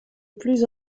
plus